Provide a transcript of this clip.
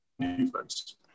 defense